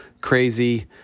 crazy